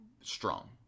strong